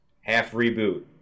Half-reboot